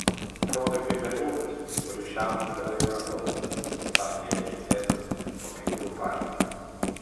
atrodai kaip berniukas kuris šiąnakt gerai miegos pasakė edžiui tedas po penkių partijų